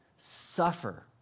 Suffer